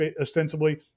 ostensibly